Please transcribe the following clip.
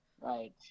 right